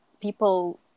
people